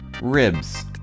ribs